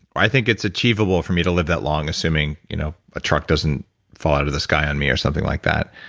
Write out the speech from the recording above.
i think it's achievable for me to live that long, assuming you know a truck doesn't fall out of the sky on me or something like that